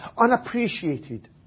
unappreciated